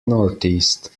northeast